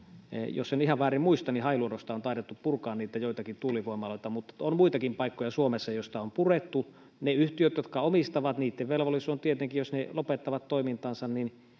jos en ihan väärin muista niin hailuodosta on taidettu purkaa niitä joitakin tuulivoimaloita mutta on muitakin paikkoja suomessa joista niitä on purettu niiden yhtiöiden jotka ne omistavat velvollisuus on tietenkin jos ne lopettavat toimintansa